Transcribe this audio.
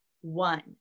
one